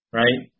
right